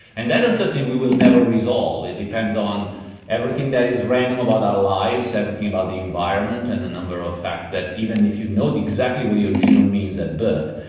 and that uncertainty we will never resolve. it depends on everything that is random about our lives, everything about the environment, and a number of facts that even if you know exactly what your genome means at birth,